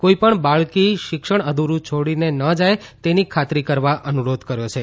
કોઇ પણ બાળકી શિક્ષણ અધુરું છોડીને ન જાય તેની ખાતરી કરવા અનુરોધ કર્યો છે